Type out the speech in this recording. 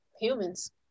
Humans